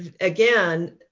again